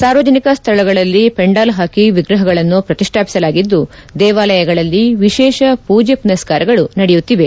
ಸಾರ್ವಜನಿಕ ಸ್ಥಳಗಳಲ್ಲಿ ಪೆಂಡಾಲ್ ಹಾಕಿ ವಿಗ್ರಹಗಳನ್ನು ಪ್ರತಿಷ್ಠಾಪಿಸಲಾಗಿದ್ದು ದೇವಾಲಯಗಳಲ್ಲಿ ವಿಶೇಷ ಪೂಜೆ ಪುನಸ್ಕಾರಗಳು ನಡೆಯುತ್ತಿವೆ